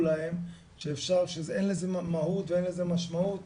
להם שאין לזה מהות ואין לזה משמעות,